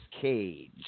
Cage